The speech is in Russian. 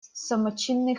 самочинный